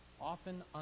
often